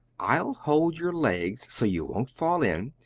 i'll hold your legs so you won't fall in,